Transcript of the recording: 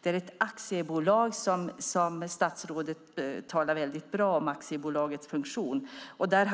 Det är ett aktiebolag, och statsrådet talar väl om aktiebolags funktion.